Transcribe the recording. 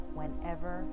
whenever